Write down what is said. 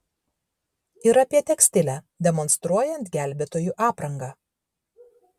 ir apie tekstilę demonstruojant gelbėtojų aprangą